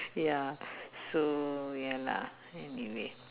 ya so ya lah anyway